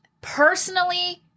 personally